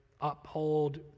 uphold